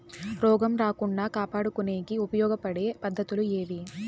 రోగం రాకుండా కాపాడుకునేకి ఉపయోగపడే పద్ధతులు ఏవి?